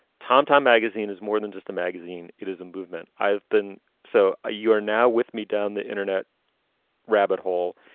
tom-tom magazine is more than just a magazine. it is a movement. i've been so ah you are now with me down the internet rabbit hole.